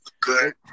Good